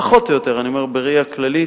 פחות או יותר, אני אומר בראייה כללית,